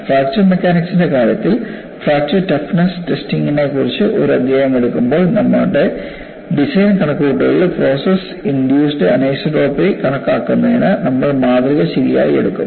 fracture മെക്കാനിക്സിന്റെ കാര്യത്തിൽ fracture toughness ടെസ്റ്റിംഗിനെക്കുറിച്ച് ഒരു അധ്യായം എടുക്കുമ്പോൾ നമ്മുടെ ഡിസൈൻ കണക്കുകൂട്ടലുകളിൽ പ്രോസസ് ഇൻഡ്യൂസ്ഡ് അനീസോട്രോപി കണക്കാക്കുന്നതിന് നമ്മൾ മാതൃക ശരിയായി എടുക്കും